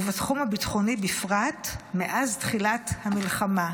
ובתחום הביטחוני בפרט, מאז תחילת המלחמה.